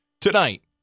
Tonight